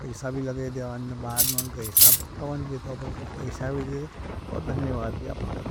पैसे भी दे देवें बाद में अपना हिसाब बटवाए। पैसा भी दे दें और धन्यवाद भी।